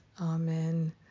Amen